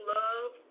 love